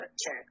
check